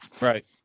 Right